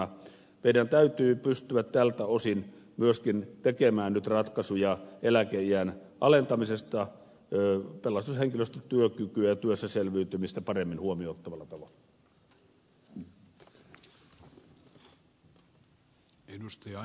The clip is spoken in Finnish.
meidän täytyy pystyä tältä osin myöskin tekemään nyt ratkaisuja eläkeiän alentamisesta pelastushenkilöstön työkykyä ja työssä selviytymistä paremmin huomioon ottavalla tavalla